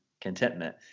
contentment